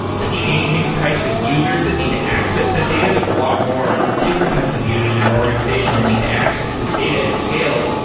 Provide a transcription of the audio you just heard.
the changing types of users that need to access that data. there's a lot more different types of users in an organization that need to access this data at scale,